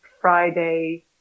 Friday